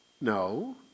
No